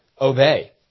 obey